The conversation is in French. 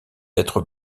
être